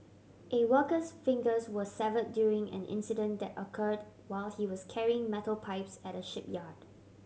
a worker's fingers were severed during an incident that occurred while he was carrying metal pipes at a shipyard